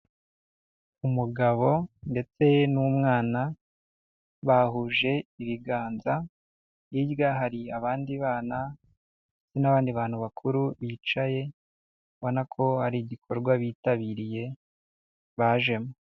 Umugabo ndetse n'umwana bahuje ibiganza, hirya hari abandi bana ndetse n'abandi bantu bakuru bicaye ubona ko ari igikorwa bitabiriye bajemo.